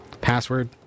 password